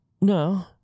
no